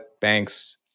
banks